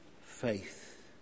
faith